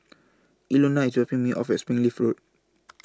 Ilona IS dropping Me off At Springleaf Road